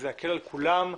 זה יקל על כולם.